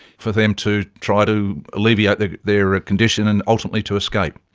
for them to try to alleviate their their ah condition and ultimately to escape.